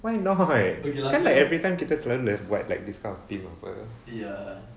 why not cause like every time kita selalu buat like this kind of theme apa